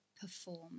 perform